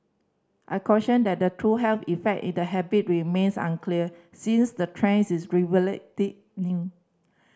a cautioned that the true health effect the habit remains unclear since the trend is relatively new